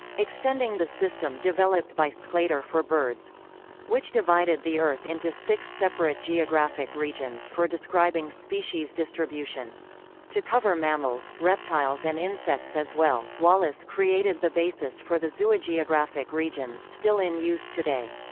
extending the system developed by sclater for birds which divided the earth into six separate geographic regions for describing species distribution to cover mammals, reptiles and insects as well, wallace created the basis for the zoogeographic regions still in use today.